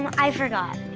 um i forgot.